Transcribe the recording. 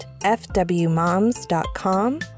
fwmoms.com